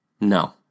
No